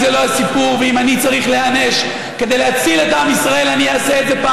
ואני אומרת לכם שכבר קידמנו בעבר הרבה חוקים בכנסת,